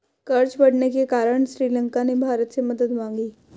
कर्ज बढ़ने के कारण श्रीलंका ने भारत से मदद मांगी